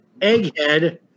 egghead